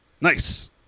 Nice